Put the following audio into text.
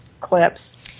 clips